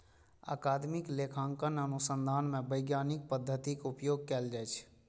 अकादमिक लेखांकन अनुसंधान मे वैज्ञानिक पद्धतिक उपयोग कैल जाइ छै